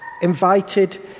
Invited